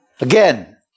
Again